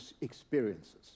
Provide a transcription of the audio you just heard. experiences